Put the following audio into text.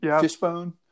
Fishbone